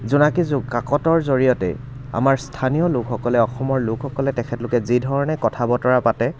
জোনাকী যুগ কাকতৰ জৰিয়তেই আমাৰ স্থানীয় লোকসকলে অসমৰ লোকসকলে তেখেতলোকে যিধৰণে কথা বতৰা পাতে